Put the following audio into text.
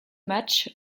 match